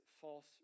false